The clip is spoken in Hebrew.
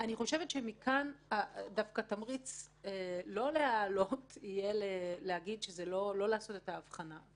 מכאן דווקא התמריץ לא להעלות יהיה להגיד שזה לא לעשות את ההבחנה.